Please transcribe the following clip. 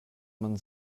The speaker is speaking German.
man